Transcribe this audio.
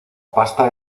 pasta